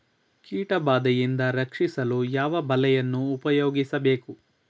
ಕೀಟಬಾದೆಯಿಂದ ರಕ್ಷಿಸಲು ಯಾವ ಬಲೆಯನ್ನು ಉಪಯೋಗಿಸಬೇಕು?